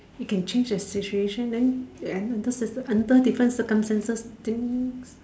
he can change the situation then under certain circumstances then